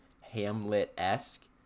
Hamlet-esque